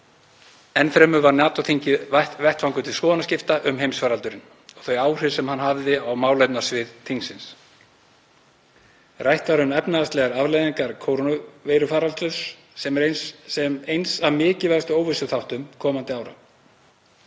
Enn fremur var NATO-þingið vettvangur til skoðanaskipta um heimsfaraldurinn og þau áhrif sem hann hafði á málefnasvið þingsins. Rætt var um efnahagslegar afleiðingar kórónuveirufaraldurs sem eins af mikilvægustu óvissuþáttum komandi ára.